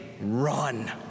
run